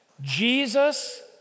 Jesus